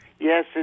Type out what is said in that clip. Yes